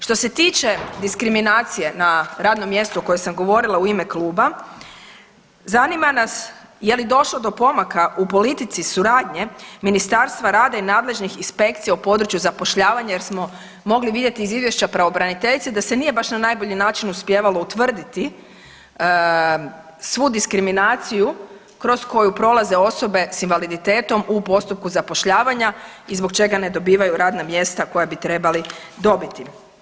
Što se tiče diskriminacije na radnom mjestu koje sam govorila u ime kluba zanima nas je li došlo do pomaka u politici suradnje Ministarstva rada i nadležnih inspekcija u području zapošljavanja jer smo mogli vidjeti iz izvješća pravobraniteljice da se nije baš na najbolji način uspijevalo utvrditi svu diskriminaciju kroz koju prolaze osobe sa invaliditetom u postupku zapošljavanja i zbog čega ne dobivaju radna mjesta koja bi trebali dobiti.